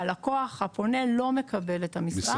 הלקוח הפונה לא מקבל את המספר.